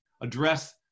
address